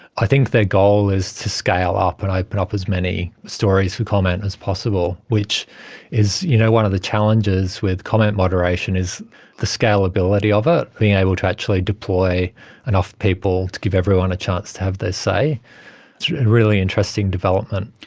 i think their goal is to scale up and open up as many stories for comment as possible, which is you know one of the challenges with comment moderation, is the scalability of it, being able to actually deploy enough people to give everyone a chance to have their say. it's a really interesting development.